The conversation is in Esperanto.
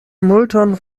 multon